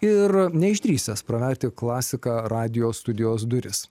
ir neišdrįsęs praverti klasika radijo studijos duris